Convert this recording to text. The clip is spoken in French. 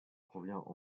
provient